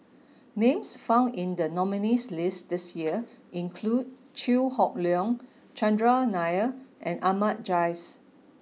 names found in the nominees' list this year include Chew Hock Leong Chandran Nair and Ahmad Jais